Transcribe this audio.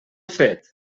fet